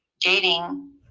dating